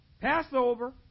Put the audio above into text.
Passover